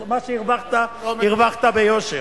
מה שהרווחת, הרווחת ביושר.